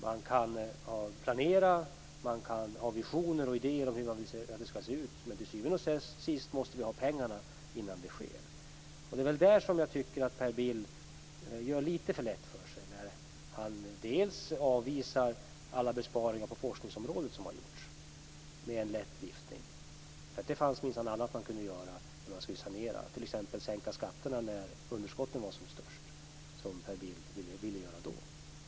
Man kan planera. Man kan ha visioner och idéer om hur man vill att det skall se ut, men till syvende och sist måste vi ha pengarna innan det sker. Det är där som jag tycker att Per Bill gör det lite för lätt för sig. Han avvisar alla besparingar som har gjorts på forskningsområdet med en lätt viftning. Det fanns minsann annat man kunde göra när man skulle sanera, t.ex. sänka skatterna när underskotten var som störst, som Per Bill ville göra då.